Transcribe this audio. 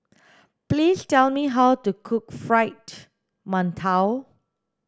please tell me how to cook fried mantou